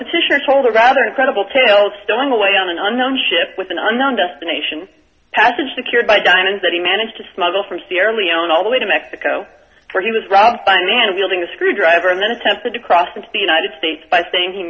petitioners hold a rather incredible tale of stowing away on an unknown ship with an unknown destination passage secured by diamonds that he managed to smuggle from sierra leone all the way to mexico where he was robbed by man wielding a screwdriver and then attempted to cross into the united states by saying he